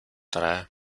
drei